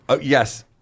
Yes